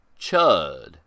chud